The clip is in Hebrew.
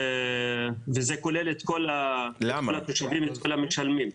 וזה כולל את כל התושבים המשלמים.